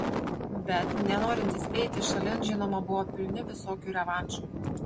bet nenorintys eiti šalin žinoma buvo pilni visokių revanšų